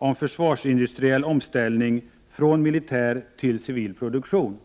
gällande försvarsindustriell omställning från militär till civil produktion.